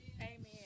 Amen